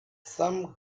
sam